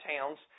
towns